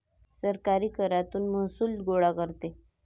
सरकारही करातून महसूल गोळा करते